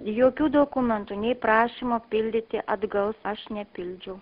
jokių dokumentų nei prašymo pildyti atgal aš nepildžiau